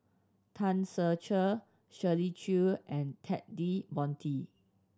Tan Ser Cher Shirley Chew and Ted De Ponti